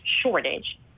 shortage